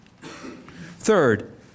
Third